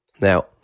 Now